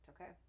okay